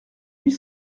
huit